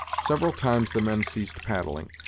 several times the men ceased paddling,